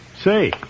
Say